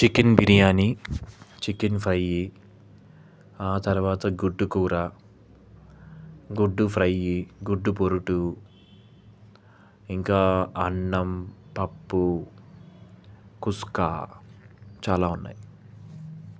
chicken biryani chicken fry ఆ తర్వాత గుడ్డు కూర గుడ్డు ఫ్రైయ్యి గుడ్డు పొరుటు ఇంకా అన్నం పప్పు కుస్కా చాలా ఉన్నాయి